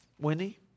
Winnie